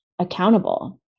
accountable